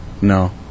No